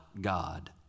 God